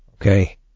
Okay